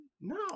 No